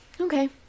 okay